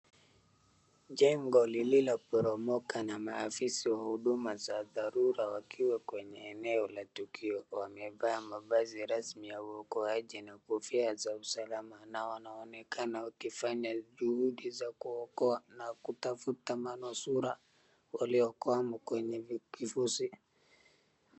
Jengo lililoporomoka na maafisa wa huduma za dharura wakiwa kwenye eneo la tukio. Wamevaa mavazi rasmi ya uokoaji na kofia za usalama na wanaonekana wakifanya juhudi za kuokoa na kutafuta manusura waliokwama kwenye kifusi.